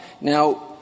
Now